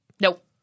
Nope